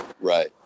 Right